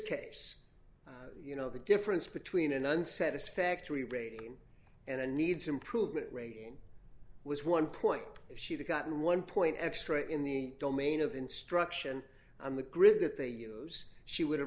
case you know the difference between a nun satisfactory rating and a needs improvement rating was one point she'd gotten one point extra in the domain of instruction on the grid that they use she would have